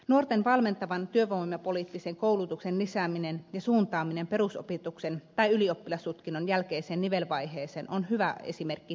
nuorten valmentavan työvoimapoliittisen koulutuksen lisääminen ja suuntaaminen perusopetuksen tai ylioppilastutkinnon jälkeiseen nivelvaiheeseen on hyvä esimerkki täsmätoimenpiteestä